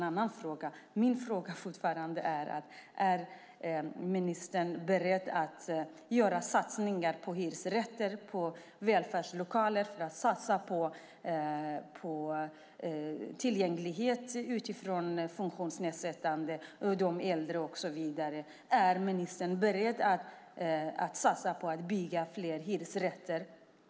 Min fråga är fortfarande: Är ministern beredd att göra satsningar på hyresrätter och välfärdslokaler och att göra dem mer tillgängliga för personer med funktionshinder, äldre och så vidare, och är ministern beredd att satsa på att bygga fler hyresrätter?